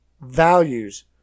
values